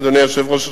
אדוני היושב-ראש,